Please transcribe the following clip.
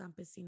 campesina